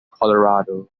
colorado